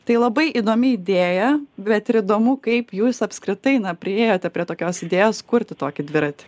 tai labai įdomi idėja bet ir įdomu kaip jūs apskritai na priėjote prie tokios idėjos kurti tokį dviratį